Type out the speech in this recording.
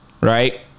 right